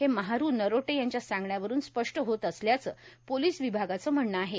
हे महारू नरोटे यांच्या सांगण्यावरून स्पष्ट होत असल्याचं पोलिस विभागाचं म्हणणं आहे